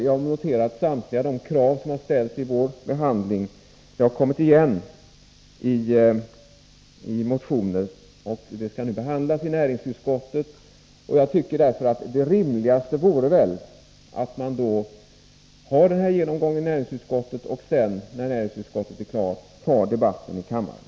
Jag noterar att samtliga krav som har ställts under vår behandling har kommit igen i motioner, som skall behandlas i näringsutskottet. Det rimliga vore därför att ha genomgången i näringsutskottet och sedan, när den är klar, föra debatten i kammaren.